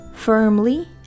firmly